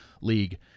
league